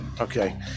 Okay